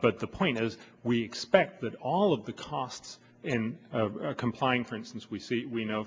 but the point is we expect that all of the costs in complying for instance we see we know